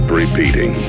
repeating